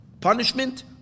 punishment